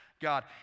God